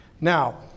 Now